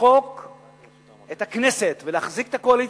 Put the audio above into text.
למחוק את הכנסת ולהחזיק את הקואליציה.